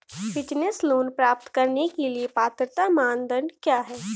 Business loan प्राप्त करने के लिए पात्रता मानदंड क्या हैं?